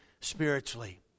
Spiritually